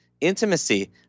intimacy